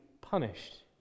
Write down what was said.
punished